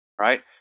right